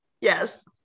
Yes